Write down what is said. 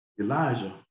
Elijah